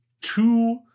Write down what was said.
two